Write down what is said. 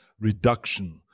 reduction